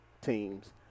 teams